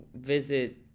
visit